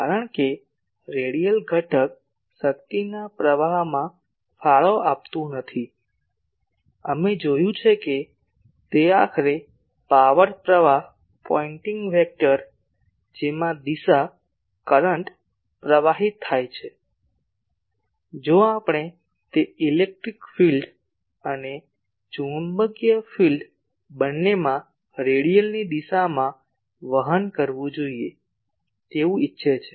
કારણ કે રેડિયલ ઘટક શક્તિના પ્રવાહમાં ફાળો આપતું નથી અમે જોયું છે કે તે આખરે પાવર પ્રવાહ પોઇન્ટિંગ વેક્ટર જેમાં દિશા કરંટ પ્રવાહિત થાય છે જો આપણે તે ઈલેક્ટ્રીક ફિલ્ડ અને ચુંબકીય ફિલ્ડ બંનેમાં રેડીયલની દિશામાં વહન કરવું જોઈએ તેવું ઇચ્છે છે